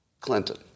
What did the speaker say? Clinton